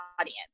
audience